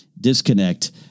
disconnect